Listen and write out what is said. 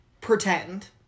pretend